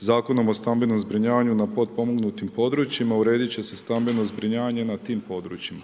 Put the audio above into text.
Zakonom o stambenom zbrinjavanju na potpomognutim područjima urediti će se stambeno zbrinjavanje na tim područjima.